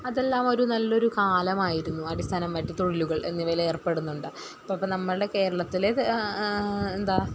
അതെല്ലാം ഒരു നല്ലൊരു കാലമായിരുന്നു അടിസ്ഥാനമായിട്ട് തൊഴിലുകൾ എന്നിവയിൽ ഏർപ്പെടുന്നുണ്ട് അപ്പോൾ ഇപ്പോൾ നമ്മളുടെ കേരളത്തിൽ എന്താ